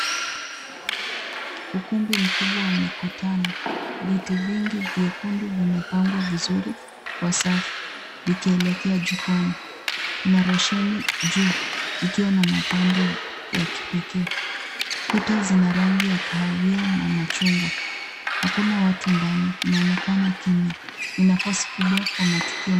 Ukumbi mkubwa wa mikutano. Viti vingi vyekundu vimepangwa vizuri kwa safu vikielekea jukwaani. Kuna roshani juu ikiwa na mapambo ya kipekee. Kuta zina rangi ya kahawia na machungwa. Hakuna watu ndani. Inaonekana kimya. Ni nafasi kubwa kwa matukio